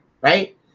right